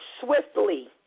swiftly